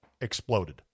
exploded